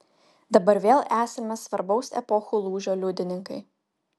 dabar vėl esame svarbaus epochų lūžio liudininkai